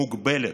מוגבלת,